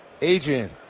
Adrian